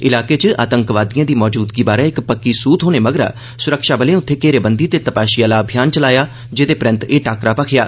इलाके च आतंकवादिएं दी मौजूदगी बारै इक पक्की सूह थहोने मगरा सुरक्षाबलें उत्थें घेरेबंदी ते तपाशी आहला अभियान चलाया जेहदे परैन्त एह् टाक्करा भखेआ